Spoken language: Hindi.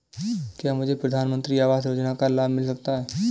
क्या मुझे प्रधानमंत्री आवास योजना का लाभ मिल सकता है?